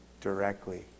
directly